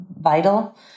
vital